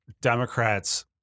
Democrats